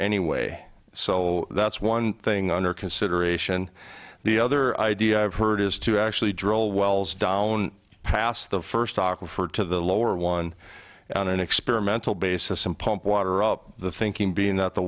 anyway so that's one thing under consideration the other idea i've heard is to actually drill wells down past the first awkward to the lower one on an experimental basis and pump water up the thinking being that the